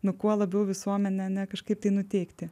nu kuo labiau visuomenę ane kažkaip tai nuteikti